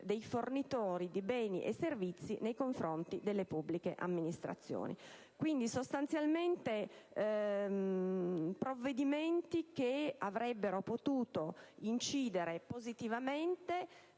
dei fornitori di beni e servizi nei confronti delle pubbliche amministrazioni. Provvedimenti quindi che avrebbero potuto incidere positivamente